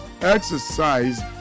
exercise